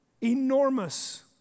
enormous